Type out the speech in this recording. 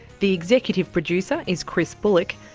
the executive producer is chris bullock,